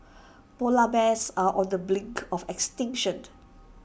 Polar Bears are on the blink of extinction